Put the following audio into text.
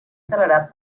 celebrat